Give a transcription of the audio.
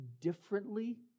differently